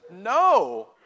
No